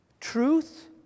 Truth